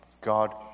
God